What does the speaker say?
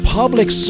public